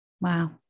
Wow